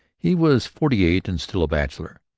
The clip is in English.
he was forty-eight and still a bachelor.